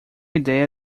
ideia